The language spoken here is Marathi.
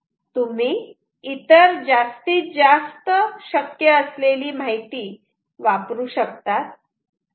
तुम्ही इतर जास्तीत जास्त शक्य असलेली माहिती वापरू शकतात